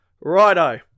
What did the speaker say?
Righto